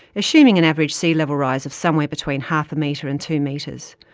assuming an average sea-level rise of somewhere between half a meter and two meters.